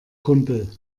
kumpel